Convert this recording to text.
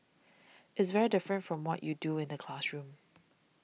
it's very different from what you do in the classroom